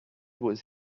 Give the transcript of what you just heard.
was